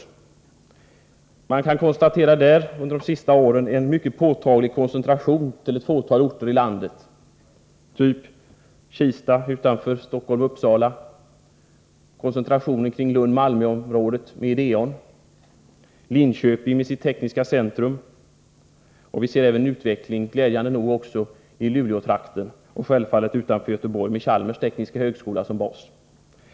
Här kan man konstatera en mycket påtaglig koncentration under de senaste åren till ett fåtal orter i landet, av typ Kista utanför Stockholm-Uppsala, Lund-Malmöområdets koncentration med Idéon, Linköping med sitt tekniska centrum, och glädjande nog ser vi en utveckling också i Luleåtrakten — och självfallet utanför Göteborg med Chalmers tekniska högskola som bas.